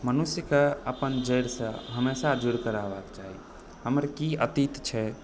मनुष्यके अपन जड़िसँ हमेशा जुड़िकऽ रहबाक चाही हमर कि अतीत छै